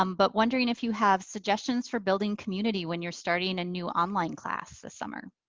um but wondering if you have suggestions for building community when you're starting a new online class this summer?